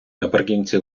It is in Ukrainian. наприкінці